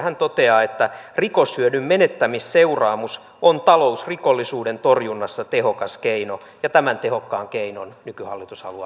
hän toteaa että rikoshyödyn menettämisseuraamus on talousrikollisuuden torjunnassa tehokas keino ja tämän tehokkaan keinon nykyhallitus haluaa nyt ottaa käyttöön